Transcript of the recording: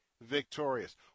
victorious